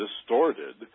distorted